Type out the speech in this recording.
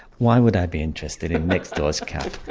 why would i be interested in next door's cat!